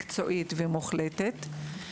מקצועית ומוחלטת.